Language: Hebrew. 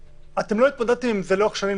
אתם לא התמודדתם עם זה לאורך שנים,